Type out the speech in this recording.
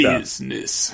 Business